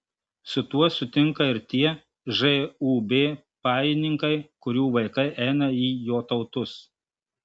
su tuo sutinka ir tie žūb pajininkai kurių vaikai eina į jotautus